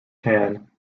tan